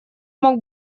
мог